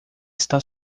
está